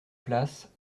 place